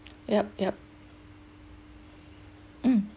yup yup mm